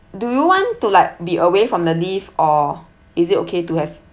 do you want to like be away from the lift or is it okay to have